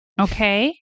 Okay